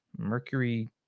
Mercury